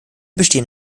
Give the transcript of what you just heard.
bestehen